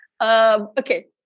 Okay